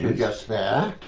to just there,